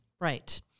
Right